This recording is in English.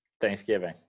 Thanksgiving